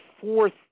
fourth